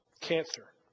cancer